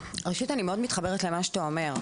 ראשית, אני מאוד מתחברת למה שאתה אומר.